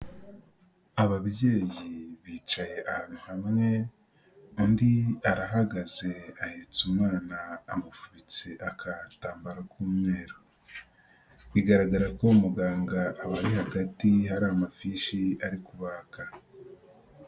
Ababyeyi bicaye ahantu hamwe, undi arahagaze, ahetse umwana, amufubitse akatambaro k'umweru, bigaragara ko muganga abari hagati, hari amafishi ari kubaka.